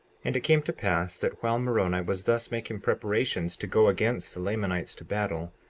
and it came to pass that while moroni was thus making preparations to go against the lamanites to battle,